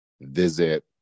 visit